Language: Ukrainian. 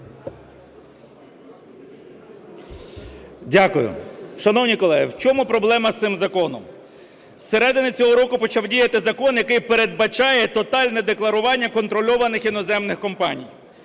Дякую. Шановні колеги, в чому проблема з цим законом? З середини цього року почав діяти закон, який передбачає тотальне декларування контрольованих іноземних компаній.